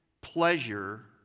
pleasure